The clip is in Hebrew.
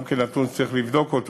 גם כן נתון שצריך לבדוק,